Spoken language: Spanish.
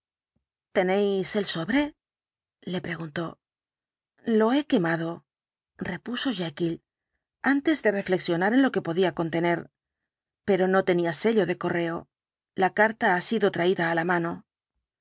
tenéis el sobre le preguntó lo he quemado repuso jekyll antes de reflexionar en lo que podía contener incidente de la carta pero no tenía sello de correo la carta ha sido traída á la mano